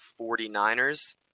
49ers